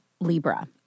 Libra